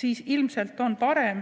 siis ilmselt on parem,